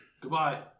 Goodbye